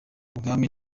ubwami